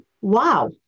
Wow